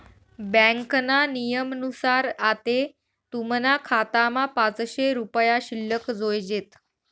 ब्यांकना नियमनुसार आते तुमना खातामा पाचशे रुपया शिल्लक जोयजेत